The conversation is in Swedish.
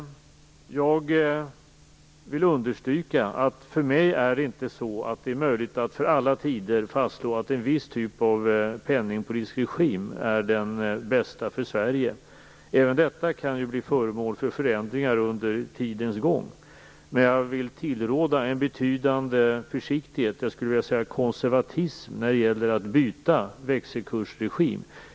Jag vill understryka att för mig är det inte möjligt att för alla tider fastslå att en viss typ av penningpolitisk regim är den bästa för Sverige. Även detta kan bli föremål för förändringar under tidens gång. Jag vill dock tillråda en betydande försiktighet, jag skulle vilja säga konservatism, när det gäller att byta växelkursregim.